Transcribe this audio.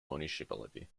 municipality